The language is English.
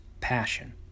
passion